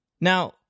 Now